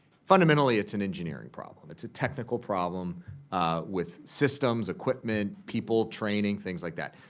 fundamentally it's an engineer and problem. it's a technical problem with systems, equipment, people, training, things like that.